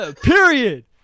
Period